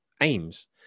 aims